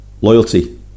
loyalty